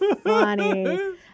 funny